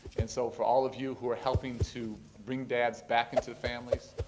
and so for all of you who are helping to bring dads back into the families,